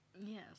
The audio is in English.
Yes